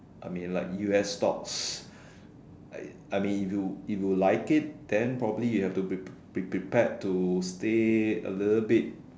I mean like U_S stocks I mean if you if you like it then probably you have to be prefer to stay a little bit